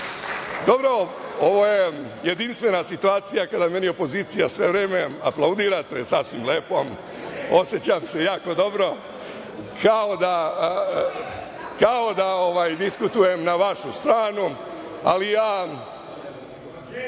ovo je jedinstvena situacija kada meni opozicija sve vreme aplaudira, to je sasvim lepo. Osećam se jako dobro kao da diskutujem na vašu stranu, ali ja